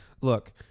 Look